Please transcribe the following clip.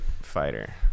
fighter